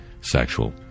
sexual